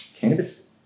cannabis